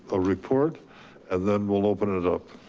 a report and then we'll open it up,